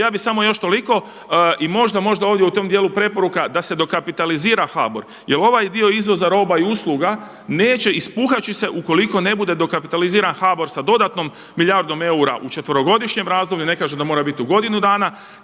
ja bih samo još toliko i možda, možda ovdje u tom dijelu preporuka da se dokapitalizira HBOR jel ovaj dio izvoza roba i usluga neće ispuhat će se ukoliko ne bude dokapitaliziran HBOR sa dodatnom milijardom eura u četverogodišnjem razdoblju, ne kažem da mora biti u godinu dana,